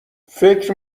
فکر